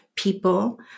People